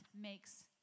makes